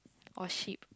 or sheep